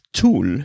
tool